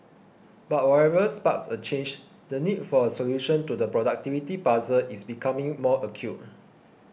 but whatever sparks a change the need for a solution to the productivity puzzle is becoming more acute